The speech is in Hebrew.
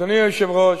אדוני היושב-ראש,